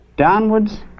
downwards